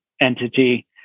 entity